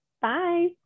bye